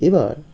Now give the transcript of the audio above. এবার